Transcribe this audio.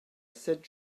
sept